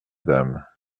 dame